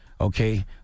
Okay